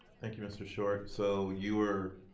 thank you mr. short, so you were